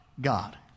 God